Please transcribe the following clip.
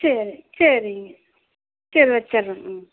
சரி சரிங்க சரி வச்சிடறேன் ம்